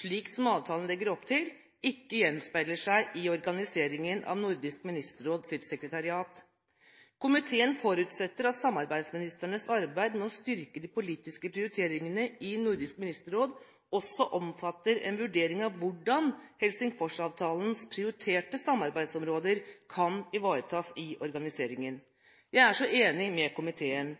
slik avtalen legger opp til, ikke gjenspeiler seg i organiseringen av Nordisk Minsterråds sekretariat. Komiteen forutsetter at samarbeidsministrenes arbeid med å styrke de politiske prioriteringene i Nordisk Ministerråd også omfatter en vurdering av hvordan Helsingforsavtalens prioriterte samarbeidsområder kan ivaretas i organiseringen. Jeg er så enig med komiteen: